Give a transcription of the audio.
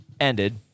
ended